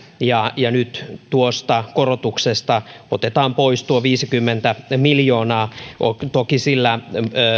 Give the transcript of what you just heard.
verovuodelle kaksituhattaseitsemäntoista ja nyt tuosta korotuksesta otetaan pois pois viisikymmentä miljoonaa toki sillä